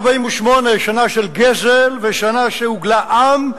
1948, שנה של גזל ושנה שהוגלה עם.